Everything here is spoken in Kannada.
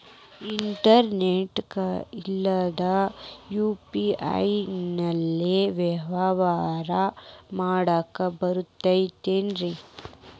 ಇಂಟರ್ನೆಟ್ ಇಲ್ಲಂದ್ರ ಯು.ಪಿ.ಐ ಲೇ ವ್ಯವಹಾರ ಮಾಡಾಕ ಬರತೈತೇನ್ರೇ?